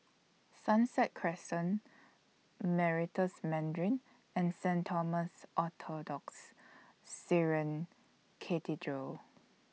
Sunset Crescent Meritus Mandarin and Saint Thomas Orthodox Syrian Cathedral